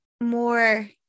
more